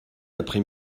après